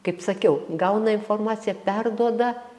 kaip sakiau gauna informaciją perduoda